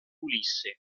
ulisse